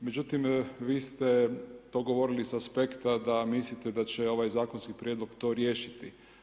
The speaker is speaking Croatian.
Međutim, vi ste to govorili sa aspekta da mislite da će ovaj zakonski prijedlog to riješiti.